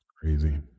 crazy